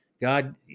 God